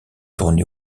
tourné